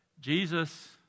Jesus